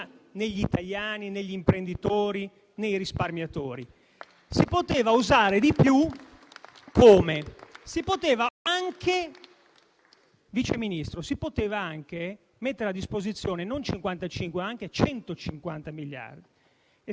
poteva fare? Si poteva anche mettere a disposizione non 55 ma 150 miliardi, e sa come, sottosegretario Misiani? Rivolgendosi ai risparmiatori italiani, alle famiglie italiane. Abbiamo depositato in questo Senato un disegno di legge